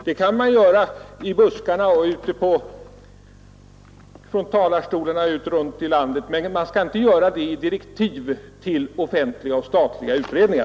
Det görs möjligen i ”buskarna” och från talarstolarna ute i landet, men bör inte ske i direktiv till statliga offentliga utredningar.